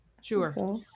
Sure